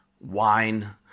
wine